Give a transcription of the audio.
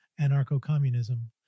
Anarcho-communism